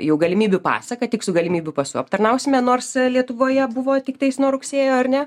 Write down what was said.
jau galimybių pasą kad tik su galimybių pasu aptarnausime nors lietuvoje buvo tiktais nuo rugsėjo ar ne